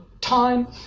time